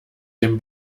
dem